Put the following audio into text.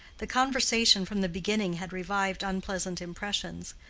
the conversation from the beginning had revived unpleasant impressions,